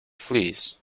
fleas